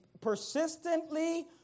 persistently